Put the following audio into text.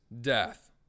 death